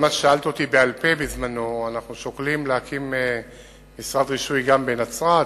למה ששאלת אותי בעל-פה בזמנו: אנחנו שוקלים להקים משרד רישוי גם בנצרת,